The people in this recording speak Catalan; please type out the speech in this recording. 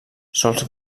sòls